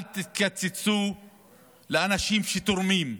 אל תקצצו לאנשים שתורמים,